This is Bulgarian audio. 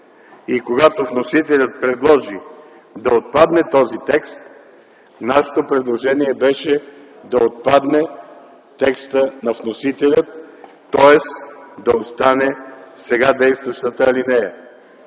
Когато вносителят предложи да отпадне този текст, нашето предложение беше да отпадне текстът на вносителя, тоест да остане сега действащата алинея.